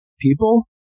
people